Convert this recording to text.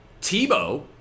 Tebow